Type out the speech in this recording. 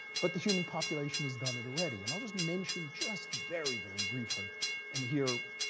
but the human population has done it already. and i'll just mention just very, very briefly and here,